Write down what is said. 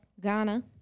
Ghana